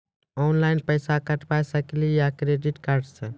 Online पैसा कटवा सकेली का क्रेडिट कार्ड सा?